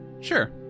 Sure